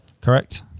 Correct